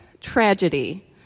tragedy